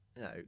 No